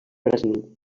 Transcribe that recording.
brasil